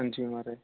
हंजी माराज